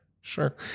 sure